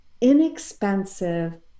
inexpensive